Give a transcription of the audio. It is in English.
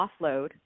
offload